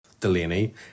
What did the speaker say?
Delaney